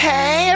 Hey